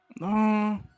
No